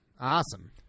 Awesome